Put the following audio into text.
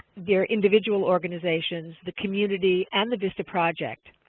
your individual organizations, the community, and the vista project.